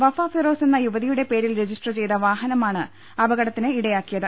വഫ ഫിറോസ് എന്ന യുവതിയുടെ പേരിൽ രജിസ്റ്റർ ചെയ്ത വാഹനമാണ് അപകടത്തിന് ഇടയാക്കിയത്